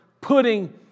putting